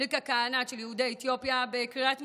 ליקה כהנת בקריית משה.